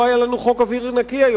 לא היה לנו היום בישראל חוק אוויר נקי.